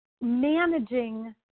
managing